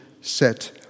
set